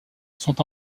sont